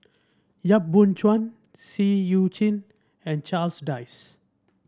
Yap Boon Chuan Seah Eu Chin and Charles Dyce